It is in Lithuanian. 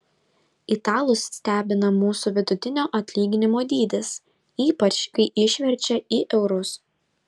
italus stebina mūsų vidutinio atlyginimo dydis ypač kai išverčia į eurus